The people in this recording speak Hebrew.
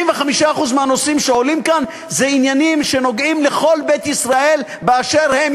95% מהנושאים שעולים כאן הם עניינים שנוגעים לכל בית ישראל באשר הם,